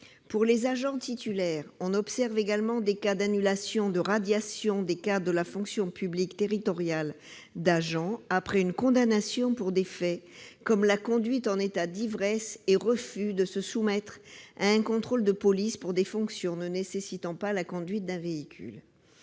Pour les agents titulaires, on observe également des cas d'annulation de radiations des cadres de la fonction publique territoriale d'agents après une condamnation pour des faits comme la conduite en état d'ivresse et le refus de se soumettre à un contrôle de police, pour des fonctions ne nécessitant pas la conduite d'un véhicule.